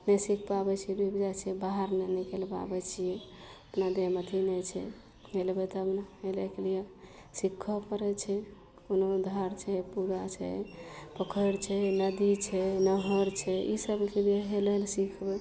नहि सीख पाबय छै डुबि जाइ छै बाहर नहि निकलि पाबय छियै अपना देहमे अथी नहि छै हेलबय तब ने हेलयके लिये सीख पड़य छै कोनो धार छै पूरा छै पोखरि छै नदी छै नहर छै ई सभ हेलय लए सिखबय